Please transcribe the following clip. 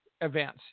events